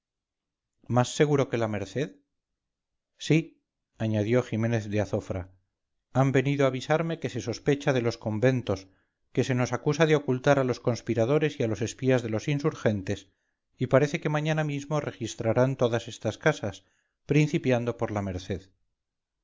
más seguro que la merced sí añadió ximénez de azofra han venido a avisarme que se sospecha de los conventos que se nos acusa de ocultar a los conspiradores y a los espías de los insurgentes y parece que mañana mismo registrarán todas estas casas principiando por la merced